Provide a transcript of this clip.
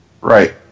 Right